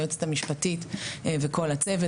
היועצת המשפטית וכל הצוות.